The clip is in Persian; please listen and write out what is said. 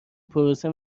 پروسه